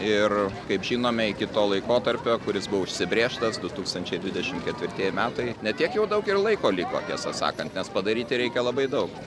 ir kaip žinome iki to laikotarpio kuris buvo užsibrėžtas du tūkstančiai dvidešimt ketvirtieji metai ne tiek jau daug ir laiko liko tiesą sakant nes padaryti reikia labai daug